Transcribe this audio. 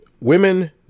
Women